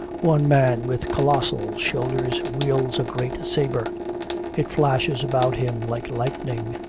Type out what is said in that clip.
one man with colossal shoulders wields a great sabre it flashes about him like lightning.